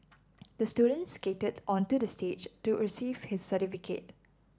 the student skated onto the stage to receive his certificate